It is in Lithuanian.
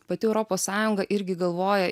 pati europos sąjunga irgi galvoja